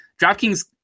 DraftKings